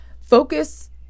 Focus